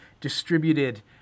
distributed